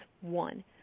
one